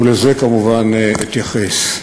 ולזה כמובן אתייחס.